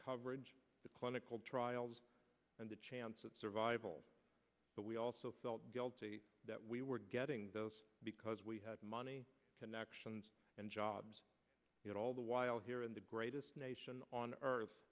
coverage the clinical trials and the chance of survival but we also felt guilty that we were getting those because we had money connections and jobs all the while here in the greatest nation on earth